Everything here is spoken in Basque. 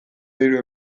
hiru